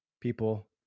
People